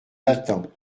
l’attend